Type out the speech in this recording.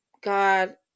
God